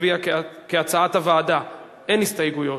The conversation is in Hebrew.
נצביע כהצעת הוועדה אין הסתייגויות.